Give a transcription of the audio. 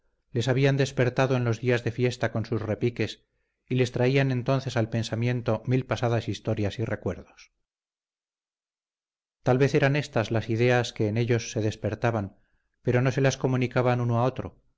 les habían despertado en los días de fiesta con sus repiques y les traían entonces al pensamiento mil pasadas historias y recuerdos tal vez eran estas las ideas que en ellos se despertaban pero no se las comunicaban uno a otro